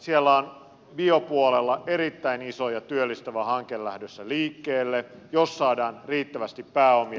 siellä on biopuolella erittäin iso ja työllistävä hanke lähdössä liikkeelle jos saadaan riittävästi pääomia